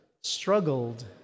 struggled